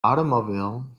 automobile